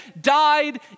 died